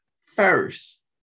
first